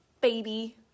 baby